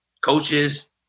Coaches